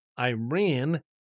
Iran